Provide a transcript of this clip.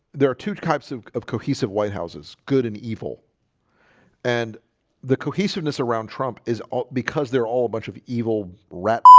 there are two types of of cohesive white house's good and evil and the cohesiveness around trump is because they're all a bunch of evil rat